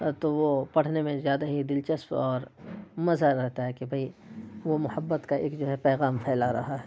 تو وہ پڑھنے میں زیادہ ہی دلچسپ اور مزا رہتا ہے کہ بھئی وہ محبت کا ایک جو ہے پیغام پھیلا رہا ہے